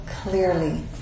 clearly